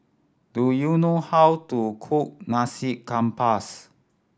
do you know how to cook nasi campus